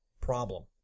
Problem